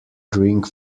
drink